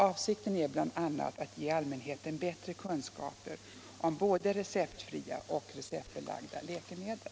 Avsikten är bl.a. att ge allmänheten bättre kunskaper om både receptfria och receptbelagda läkemedel.